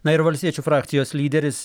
na ir valstiečių frakcijos lyderis